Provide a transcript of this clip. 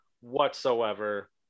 whatsoever